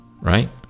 Right